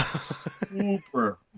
Super